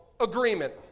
agreement